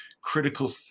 critical